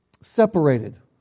separated